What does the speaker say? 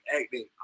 acting